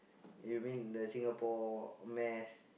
you mean the Singapore mass